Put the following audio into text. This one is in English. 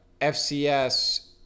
FCS –